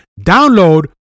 download